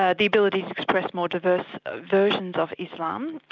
ah the ability to express more diverse versions of islam,